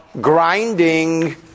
grinding